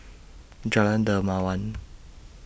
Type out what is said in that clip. Jalan Dermawan